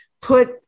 put